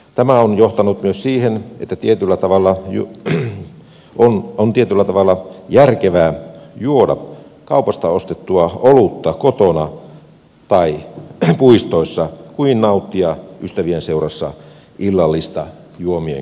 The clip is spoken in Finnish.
tämä on johtanut myös siihen että on tietyllä tavalla järkevää juoda kaupasta ostettua olutta kotona tai puistoissa kuin nauttia ystävien seurassa illallista juomien kera